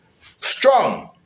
strong